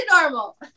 normal